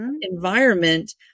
environment